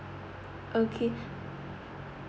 okay